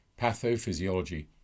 Pathophysiology